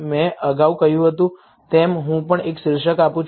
મેં અગાઉ કહ્યું હતું તેમ હું પણ એક શીર્ષક આપું છું